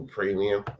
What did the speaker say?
Premium